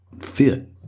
fit